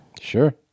Sure